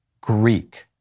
Greek